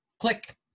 Click